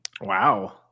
wow